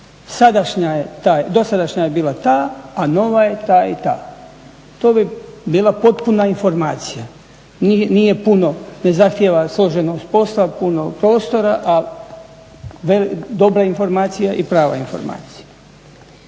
Dosadašnja je bila ta, a nova je ta i ta. To bi bila potpuna informacija, nije puno, ne zahtjeva … uz postavku … prostora, ali dobra informacija i prava informacija.